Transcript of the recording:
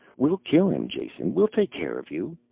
we'll kill him, jason. we'll take care of you.